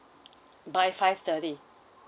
by five thirty